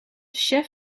chef